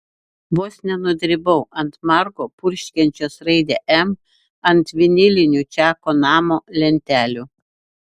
vos nenudribau ant margo purškiančios raidę m ant vinilinių čako namo lentelių